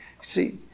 see